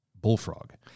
bullfrog